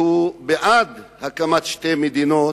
שהוא בעד הקמת שתי מדינות,